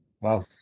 Wow